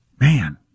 Man